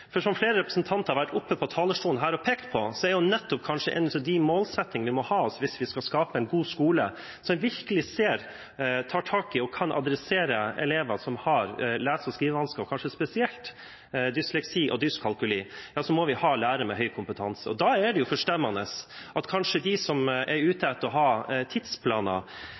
Som flere representanter har vært oppe her på talerstolen og pekt på, så er nettopp en av de målsettingene vi må ha hvis vi skal skape en god skole som virkelig ser, tar tak i og kan adressere elever som har lese- og skrivevansker, og kanskje spesielt dysleksi og dyskalkuli, å ha lærere med høy kompetanse. Da er det forstemmende at de som er ute etter å ha tidsplaner,